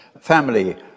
family